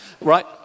right